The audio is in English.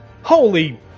Holy